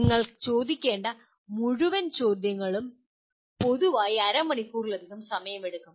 നിങ്ങൾ ചോദിക്കേണ്ട മുഴുവൻ ചോദ്യങ്ങളും പൊതുവായി അരമണിക്കൂറിലധികം സമയമെടുക്കും